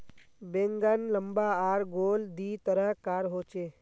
बैंगन लम्बा आर गोल दी तरह कार होचे